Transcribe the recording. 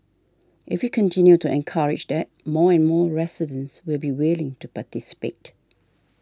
if we continue to encourage that more and more residents will be willing to participate